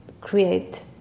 create